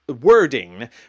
wording